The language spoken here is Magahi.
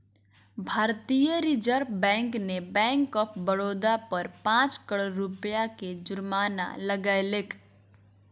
भारतीय रिजर्व बैंक ने बैंक ऑफ बड़ौदा पर पांच करोड़ रुपया के जुर्माना लगैलके